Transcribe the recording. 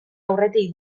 aurretik